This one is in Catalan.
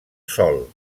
sol